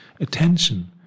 attention